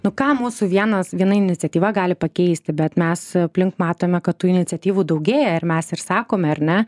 nu ką mūsų vienas viena iniciatyva gali pakeisti bet mes aplink matome kad tų iniciatyvų daugėja ir mes ir sakome ar ne